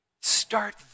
Start